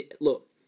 look